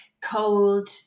cold